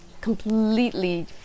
completely